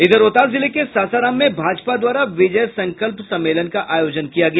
इधर रोहतास जिले के सासाराम में भाजपा द्वारा विजय संकल्प सम्मेलन का आयोजन किया गया